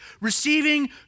receiving